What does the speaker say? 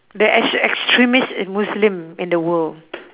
the ex~ extremist muslim in the world